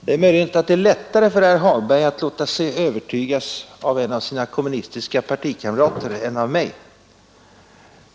Det kan möjligen vara lättare för herr Hagberg att låta sig övertygas av en av sina kommunistiska partikamrater än av mig.